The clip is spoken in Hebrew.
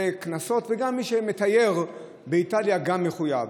קנסות, וגם מי שמתייר באיטליה מחויב.